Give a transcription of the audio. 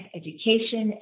education